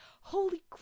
holy